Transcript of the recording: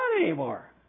anymore